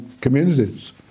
communities